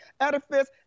edifice